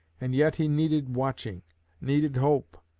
and yet he needed watching needed hope,